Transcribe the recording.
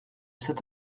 cet